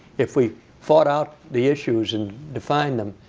if we fought out the issues and defined them.